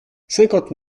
cinquante